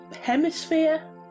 hemisphere